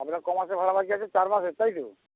আপনার কমাসের ভাড়া বাকি আছে চার মাসের তাই তো